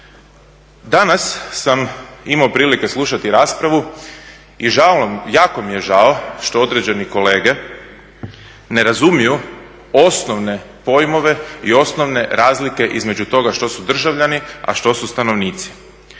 Danas sam imao prilike slušati raspravu i žao, jako mi je žao što određeni kolege ne razumiju osnovne pojmove i osnovne razlike između toga što su državljani, a što su stanovnici.